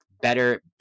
better